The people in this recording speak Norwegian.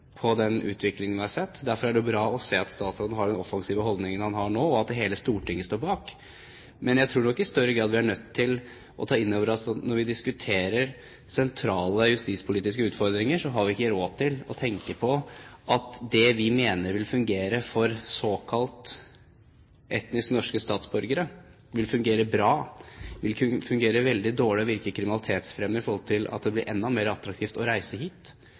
på den utviklingen vi har sett. Derfor er det bra å se at statsråden har den offensive holdningen han har nå, og at hele Stortinget står bak. Men jeg tror nok vi i større grad er nødt til å ta inn over oss når vi diskuterer sentrale justispolitiske utfordringer, at vi ikke har råd til å tenke på at det vi mener vil fungere bra for såkalt etnisk norske statsborgere, vil fungere veldig dårlig og virke kriminalitetsfremmende med tanke på at det blir enda mer attraktivt å reise hit